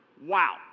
Wow